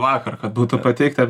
vakar kad būtų pateikta